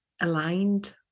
aligned